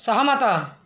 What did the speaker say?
ସହମତ